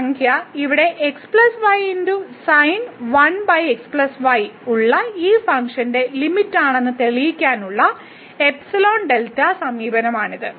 തന്നിരിക്കുന്ന സംഖ്യ ഇവിടെ ഉള്ള ഒരു ഫംഗ്ഷന്റെ ലിമിറ്റാണെന്ന് തെളിയിക്കാനുള്ള ϵ δ സമീപനമാണിത്